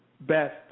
best